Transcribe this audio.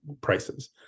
prices